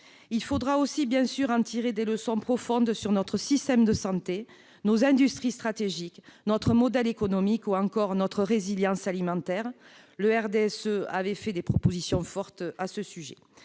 Il faudra aussi, bien sûr, tirer des leçons profondes pour notre système de santé, nos industries stratégiques, notre modèle économique ou encore notre résilience alimentaire. Le groupe du RDSE avait d'ailleurs présenté des propositions fortes à ce sujet.